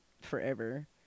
forever